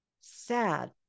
sad